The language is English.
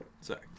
Sorry